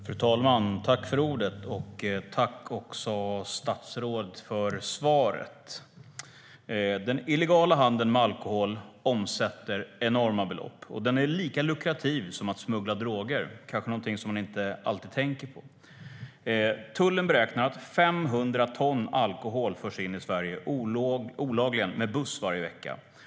Fru talman! Tack, statsrådet, för svaret. Den illegala handeln med alkohol omsätter enorma belopp, och den är lika lukrativ som smuggling av droger - det är kanske något som man inte tänker på. Tullen beräknar att 500 ton alkohol förs in i Sverige olagligen med buss varje vecka.